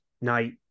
night